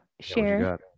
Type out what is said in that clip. share